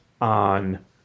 on